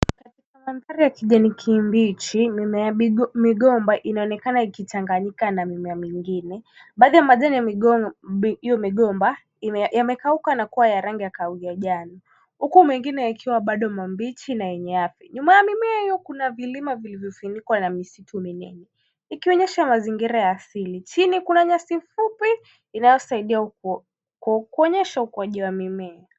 Mandhari ya kijani kibichi. Mimea ya migomba imechanganyika na mimea mingine. Baadhi majani ya hiyo migomba yamekauka na kua rangi ya . Huku mengine yakiwa bado mbichi na yenye afya. Nyuma yake kuna vilima vilivyo funikwa na misitu mingine ikionyesha mazingira ya asili. Chini kuna nyasi fupi inayo saidia kuonyesha ukuaji wa mimea.